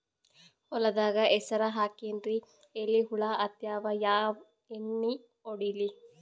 ಹೊಲದಾಗ ಹೆಸರ ಹಾಕಿನ್ರಿ, ಎಲಿ ಹುಳ ಹತ್ಯಾವ, ಯಾ ಎಣ್ಣೀ ಹೊಡಿಲಿ?